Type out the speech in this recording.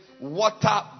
water